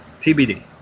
TBD